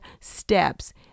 steps